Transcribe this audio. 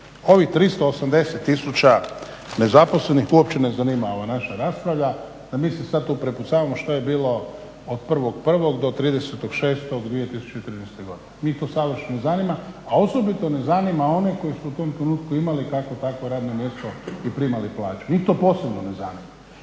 ovih 380000 nezaposlenih uopće ne zanima ova naša rasprava. Mi se sad tu prepucavamo što je bilo od 1.1. do 30.6.2013. godine. Njih to savršeno ne zanima, a osobito ne zanima one koji su u tom trenutku imali kakvo takvo radno mjesto i primali plaću. Njih to posebno ne zanima.